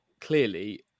clearly